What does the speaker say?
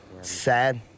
sad